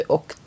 Och